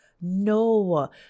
no